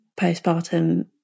postpartum